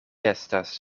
estas